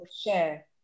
share